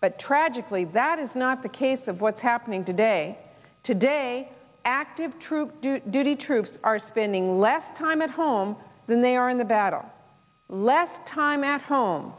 but tragically that is not the case of what's happening today today active troop duty troops are spending less time at home than they are in the battle less time at home